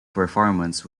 performance